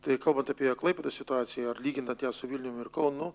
tai kalbant apie klaipėdos situaciją ar lyginant ją su vilniumi ir kaunu